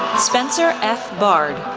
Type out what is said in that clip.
spencer f. bard,